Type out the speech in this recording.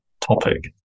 topic